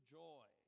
joy